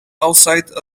outside